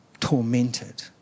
tormented